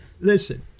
Listen